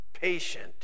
patient